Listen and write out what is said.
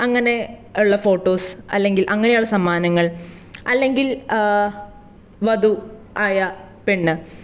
അങ്ങനെയുള്ള ഫോട്ടോസ് അല്ലെങ്കിൽ അങ്ങനെയുള്ള സമ്മാനങ്ങൾ അല്ലെങ്കിൽ വധു ആയ പെണ്ണ്